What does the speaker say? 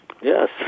yes